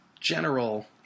general